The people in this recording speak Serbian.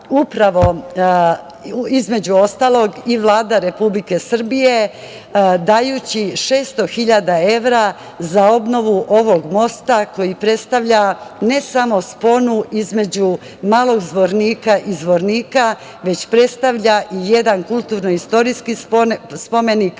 obnovila između ostalog i Vlada Republike Srbije, dajući 600.000 evra za obnovu ovog mosta koji predstavlja ne samo sponu između Malog Zvornika i Zvornika, već predstavlja jedan kulturno istorijski spomenik,